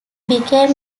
became